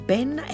Ben